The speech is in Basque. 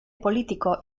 politiko